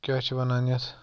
کیٛاہ چھِ وَنان یَتھ